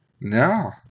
No